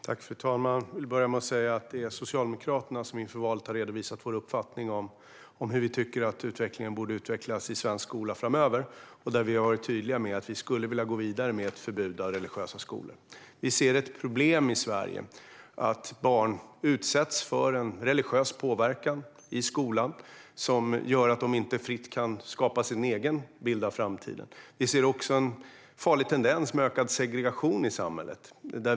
Fru talman! Jag vill börja med att säga att det är Socialdemokraterna som inför valet har redovisat vår uppfattning om hur svensk skola bör utvecklas framöver. Vi har varit tydliga med att vi vill gå vidare med ett förbud av religiösa skolor. Vi ser ett problem i Sverige med att barn utsätts för religiös påverkan i skolan, vilket leder till att de inte fritt kan skapa sig en egen bild av framtiden. Vi ser också en farlig tendens till ökad segregation i samhället.